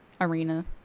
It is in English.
arena